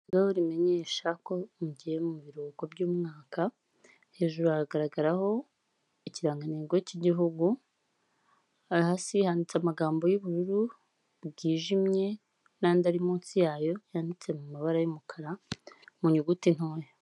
Rimenyesha ko tugiye mubi biruhuko by'umwaka hejuru hagaragaraho ikirangantego cy'igihugu, hasi yanditse amagambo yu'bururu bwijimye n'andi ari munsi yayo yanditse mu mabara y'umukara mu nyuguti ntoya.